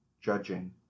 judging